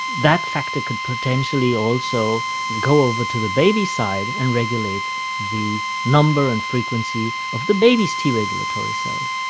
that factor could potentially also go over to the baby's side and regulate the number and frequency of the baby's t regulatory cells.